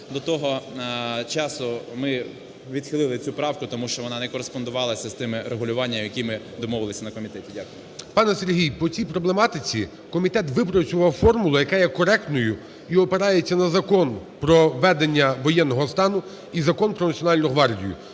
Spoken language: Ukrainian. До того часу ми відхилили цю правку, тому що вона не кореспондувалася з тими регулюваннями, які ми домовилися на комітеті. Дякую. ГОЛОВУЮЧИЙ. Пане Сергій, по цій проблематиці комітет випрацював формулу, яка є коректною і опирається на Закон про введення воєнного статну і Закон про Національну гвардію,